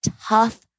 tough